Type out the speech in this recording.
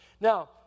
Now